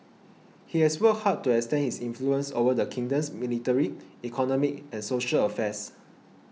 he has worked hard to extend his influence over the kingdom's military economic and social affairs